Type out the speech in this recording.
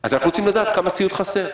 אז אנחנו רוצים לדעת כמה ציוד חסר.